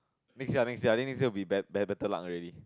next year ah next year I think next year will be be~ better luck already